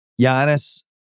Giannis